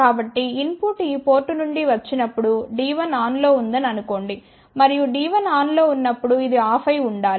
కాబట్టిఇన్ పుట్ ఈ పోర్ట్ నుండి వచ్చినప్పుడు D1 ఆన్లో ఉందని అనుకోండి మరియు D1 ఆన్లో ఉన్నప్పుడు ఇది ఆఫ్ అయి ఉండాలి